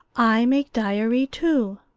i make diary, too.